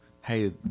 hey